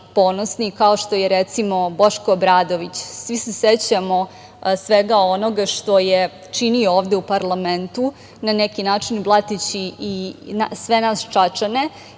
ponosni, kao što je recimo Boško Obradović. Svi se sećamo svega onoga što je činio ovde u parlamentu, na neki način blateći i sve nas Čačane.